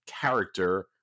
character